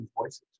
voices